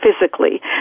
physically